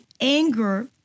anger